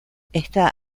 está